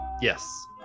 Yes